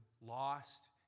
lost